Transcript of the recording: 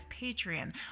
Patreon